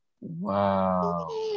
wow